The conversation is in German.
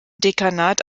dekanat